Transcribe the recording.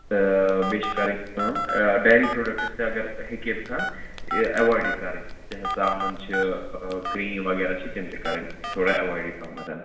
تہٕ بیٚیہِ چھِ کَرٕنۍ کٲم ڈایری پرٛوڈَکٹٕس تہِ اگر ہیٚکہِ اِنسان اٮ۪وایڈٕے کَرٕنۍ چاہے ژامَن چھِ کریٖم وغیرہ چھِ تِم تہِ کَرٕنۍ تھوڑا اٮ۪وایڈٕے پَہم